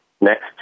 next